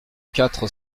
quatre